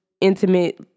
intimate